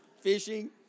fishing